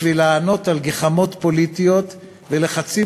בשביל לענות על גחמות פוליטיות ולחצים